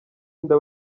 inda